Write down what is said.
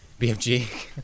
BFG